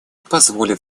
позволит